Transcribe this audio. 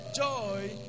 joy